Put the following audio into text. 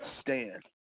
stand